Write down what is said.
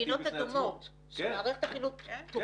מדינות אדומות, שמערכת החינוך פתוחה.